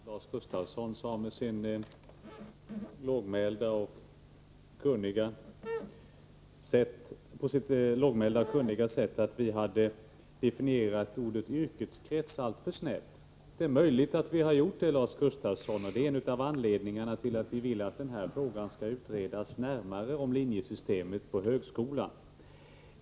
Herr talman! Lars Gustafsson sade på sitt lågmälda och kunniga sätt att vi hade definierat ordet yrkeskrets alltför snävt. Ja, det är möjligt att vi har gjort det, men det är i så fall en av anledningarna till att vi vill att frågan om linjesystemet på högskolan skall utredas närmare.